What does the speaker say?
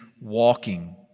walking